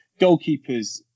goalkeepers